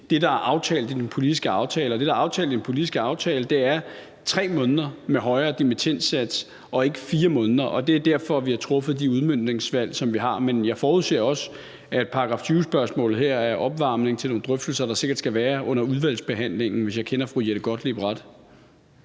det, der er aftalt i den politiske aftale, er, at man skal kunne få den højere dimittendsats i 3 måneder og ikke i 4 måneder, og det er derfor, vi har truffet de udmøntningsvalg, vi har. Men jeg forudser også, at § 20-spørgsmålet her er opvarmningen til nogle drøftelser, der sikkert skal være under udvalgsbehandlingen, hvis jeg kender fru Jette Gottlieb ret.